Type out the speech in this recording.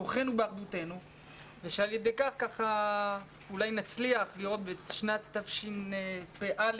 כוחנו באחדותנו ועל ידי כך אולי נצליח לראות בשנת תשפ"א